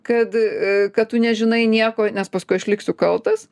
kad aa kad tu nežinai nieko nes paskui aš liksiu kaltas